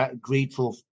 grateful